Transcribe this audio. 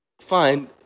fine